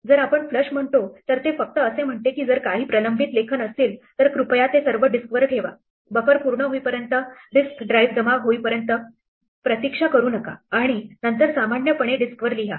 जर आपण फ्लश म्हणतो तर ते फक्त असे म्हणते की जर काही प्रलंबित लेखन असतील तर कृपया ते सर्व डिस्कवर ठेवा बफर पूर्ण होईपर्यंत रिस्क ड्राइव्ह जमा होईपर्यंत प्रतीक्षा करू नका आणि नंतर सामान्यपणे डिस्कवर लिहा